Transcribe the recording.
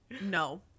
No